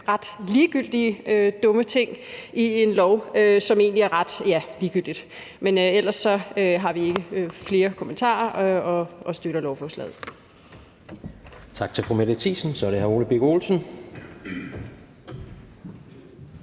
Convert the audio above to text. ret ligegyldige og dumme ting i en lov, ting, som egentlig er ret, ja, ligegyldigt. Men ellers har vi ikke flere kommentarer, og vi støtter lovforslaget.